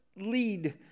lead